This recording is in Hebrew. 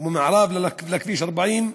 וממערב לכביש 40,